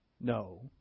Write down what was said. No